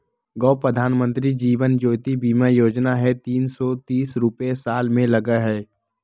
गो प्रधानमंत्री जीवन ज्योति बीमा योजना है तीन सौ तीस रुपए साल में लगहई?